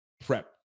prep